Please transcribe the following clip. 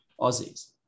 Aussies